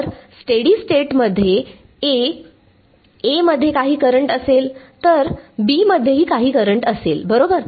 तर steady state मध्ये A मध्ये काही करंट असेल तर B मध्ये काही करंट असेल बरोबर